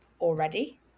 already